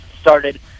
started